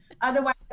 otherwise